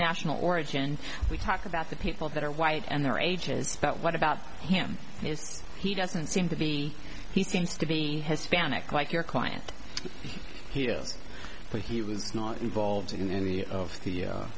national origin we talk about the people that are white and their ages but what about him is he doesn't seem to be he seems to be hispanic like your client here but he was not involved in any of the